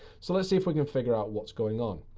so let's see if we can figure out what's going on.